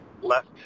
left